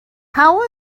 how